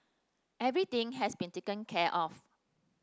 everything has been taken care of